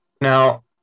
now